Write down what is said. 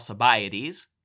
Alcibiades